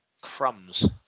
Crumbs